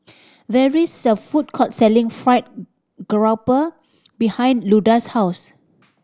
there is a food court selling fried grouper behind Luda's house